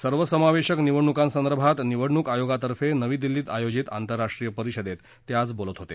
सर्वसमावेशक निवडणुकांसंदर्भात निवडणुक आयोगातर्फे नवी दिल्लीत आयोजित आंतरराष्ट्रीय परिषदेत ते आज बोलत होते